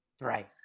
right